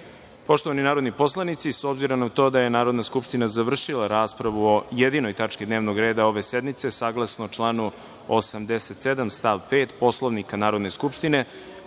celini. Poštovani narodni poslanici, s obzirom na to da je Narodna skupština završila raspravu o jedinoj tački dnevnog reda ove sednice, saglasno članu 87. stav 5. Poslovnika Narodne skupštine,